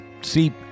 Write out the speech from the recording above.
See